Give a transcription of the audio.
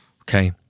okay